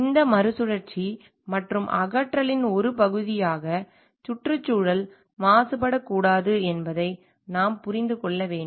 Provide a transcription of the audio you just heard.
இந்த மறுசுழற்சி மற்றும் அகற்றலின் ஒரு பகுதியாக சுற்றுச்சூழல் மாசுபடக்கூடாது என்பதை நாம் புரிந்து கொள்ள வேண்டும்